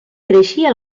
creixia